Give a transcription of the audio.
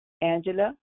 Angela